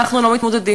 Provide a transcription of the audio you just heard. אנחנו לא מתמודדים,